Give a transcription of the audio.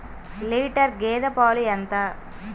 Litre గేదె పాలు ఎంత?